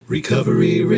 Recovery